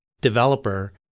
developer